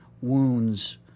wounds